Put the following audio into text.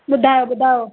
ॿुधायो ॿुधायो